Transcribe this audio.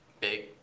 big